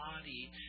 body